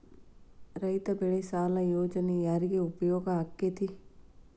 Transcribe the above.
ರೈತ ಬೆಳೆ ಸಾಲ ಯೋಜನೆ ಯಾರಿಗೆ ಉಪಯೋಗ ಆಕ್ಕೆತಿ?